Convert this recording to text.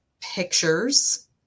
pictures